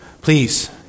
Please